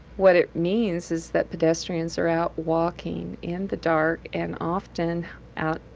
what it means is that pedestrians are out walking in the dark, and often out,